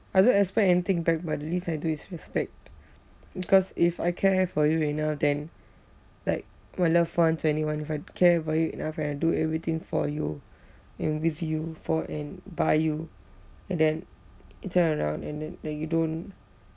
I don't expect anything back but the least I do is respect because if I care for you enough then like my loved ones or anyone if I care about you enough and I do everything for you and with you for and by you and then you turn around and then then you don't